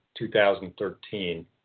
2013